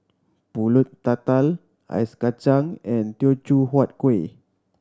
Pulut Tatal Ice Kachang and Teochew Huat Kuih